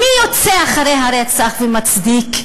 מי יוצא אחרי הרצח ומצדיק?